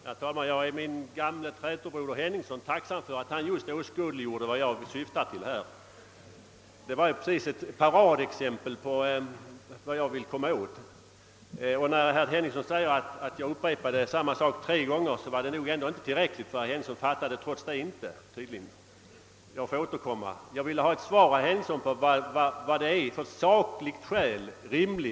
Herr talman! Jag är min gamle trätobroder herr Henningsson tack skyldig för att han åskådliggjorde vad jag syftade till; hans anförande var ett praktexempel på vad jag vill komma åt. Herr Henningssson sade att jag upprepade samma saker tre gånger. Det var tydligen ändå inte tillräckligt, eftersom herr Henningsson trots det inte fattade meningen däri. Jag får återkomma. Jag vill ha svar, herr Henningsson, på frågan vilka sakliga skäl som finns för att avstyrka motionen.